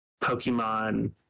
Pokemon